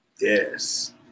yes